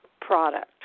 product